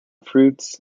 fruits